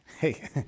Hey